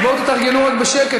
אז בואו תתרגלו רק בשקט,